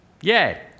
yay